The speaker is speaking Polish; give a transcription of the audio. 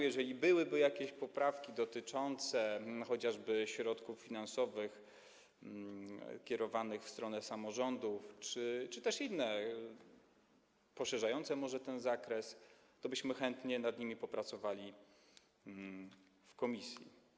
Jeżeli byłyby jakieś poprawki dotyczące chociażby środków finansowych kierowanych w stronę samorządów czy też inne, może poszerzające ten zakres, to chętnie byśmy nad nimi popracowali w komisji.